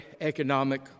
economic